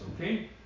okay